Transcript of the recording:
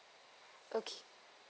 okay